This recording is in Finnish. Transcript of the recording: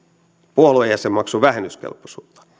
puoluejäsenmaksun vähennyskelpoisuutta